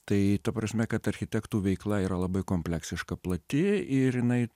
tai ta prasme kad architektų veikla yra labai kompleksiška plati ir jinai